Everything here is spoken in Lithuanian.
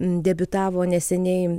debiutavo neseniai